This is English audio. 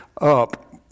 up